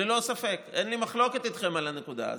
ללא ספק, אין לי מחלוקת איתכם על הנקודה הזאת.